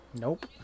Nope